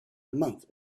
month